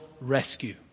rescue